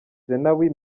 zenawi